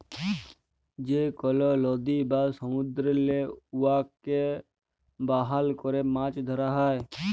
যে কল লদী বা সমুদ্দুরেল্লে উয়াকে বাহল ক্যরে মাছ ধ্যরা হ্যয়